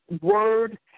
word